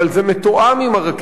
אבל זה מתואם עם הרכבת.